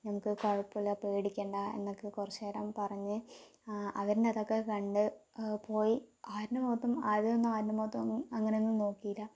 നമുക്ക് കുഴപ്പമില്ല പേടിക്കണ്ട എന്നൊക്കെ കുറച്ച് നേരം പറഞ്ഞ് അവരിൻ്റെ അതൊക്കെ കണ്ട് പോയി ആരിൻ്റെ മുഖത്തും ആദ്യമൊന്നും ആരിൻ്റെ മുഖത്തും അങ്ങനെയൊന്നും നോക്കിയില്ല